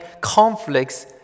conflicts